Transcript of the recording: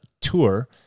tour